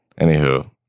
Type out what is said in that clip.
Anywho